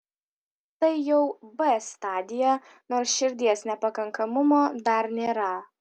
tai jau b stadija nors širdies nepakankamumo dar nėra